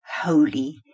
holy